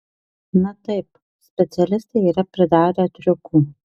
na taip specialistai yra pridarę triukų